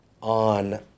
on